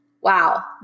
wow